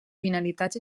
finalitats